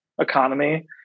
economy